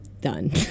done